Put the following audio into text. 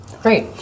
Great